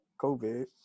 COVID